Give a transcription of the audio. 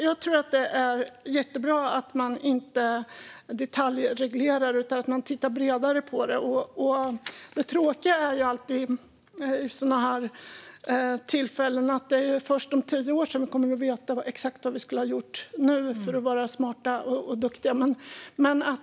Jag tror att det är jättebra att man inte detaljreglerar utan tittar bredare på det. Det tråkiga vid sådana här tillfällen är att det är först om tio år som vi kommer att veta exakt vad vi borde ha gjort nu för att vara smarta och duktiga.